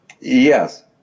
Yes